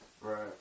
Right